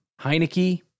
Heineke